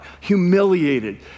humiliated